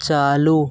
ᱪᱟᱹᱞᱩ